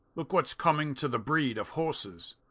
look what's coming to the breed of horses.